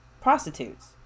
prostitutes